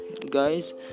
Guys